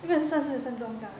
一个是三十分钟这样